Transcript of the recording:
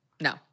No